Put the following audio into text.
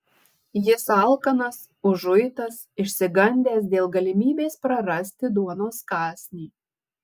jis alkanas užuitas išsigandęs dėl galimybės prarasti duonos kąsnį